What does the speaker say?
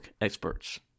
experts